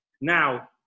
Now